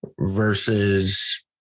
versus